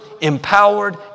empowered